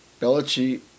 Belichick